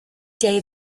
day